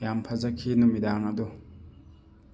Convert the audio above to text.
ꯌꯥꯝ ꯐꯖꯈꯤ ꯅꯨꯃꯤꯗꯥꯡ ꯑꯗꯣ